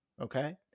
okay